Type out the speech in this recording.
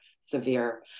severe